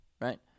right